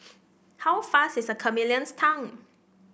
how fast is a chameleon's tongue